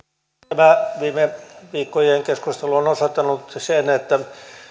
tämä viime viikkojen keskustelu on osoittanut sen että